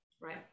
Right